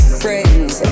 friends